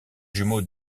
jumeau